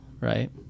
Right